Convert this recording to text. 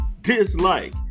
dislike